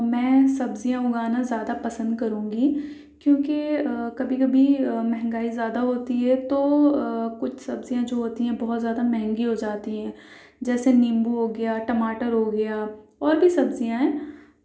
میں سبزیاں اُگانا زیادہ پسند کروں گی کیوں کہ کبھی کبھی مہنگائی زیادہ ہوتی ہے تو کچھ سبزیاں جو ہوتی ہیں بہت زیادہ مہنگی ہو جاتی ہیں جیسے نیمبو ہو گیا ٹماٹر ہو گیا اور بھی سبزیاں ہیں